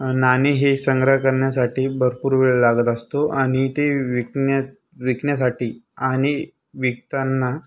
नाणी हे संग्रह कारण्यासाठी भरपूर वेळ लागत असतो आणि ते विकण्यात विकण्यासाठी आणि विकताना